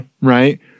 Right